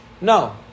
No